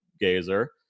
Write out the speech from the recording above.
gazer